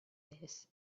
this